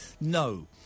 No